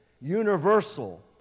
universal